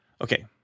Okay